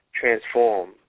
transform